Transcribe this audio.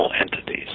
entities